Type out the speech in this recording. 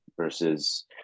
versus